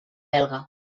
belga